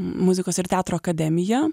muzikos ir teatro akademiją